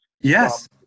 yes